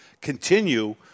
continue